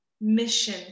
mission